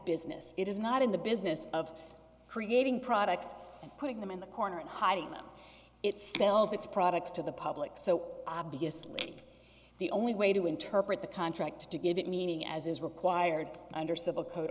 business it is not in the business of creating products and putting them in the corner and hiding that it's sells its products to the public so obviously the only way to interpret the contract to give it meaning as is required under civil code